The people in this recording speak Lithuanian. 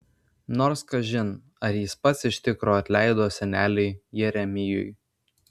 nors kažin ar jis pats iš tikro atleido seneliui jeremijui